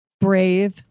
brave